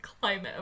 climate